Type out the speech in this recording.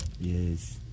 Yes